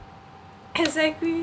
exactly